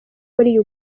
muri